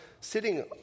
sitting